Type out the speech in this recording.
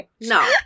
no